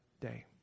day